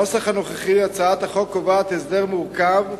בנוסח הנוכחי הצעת החוק קובעת הסדר מורכב,